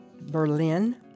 Berlin